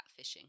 catfishing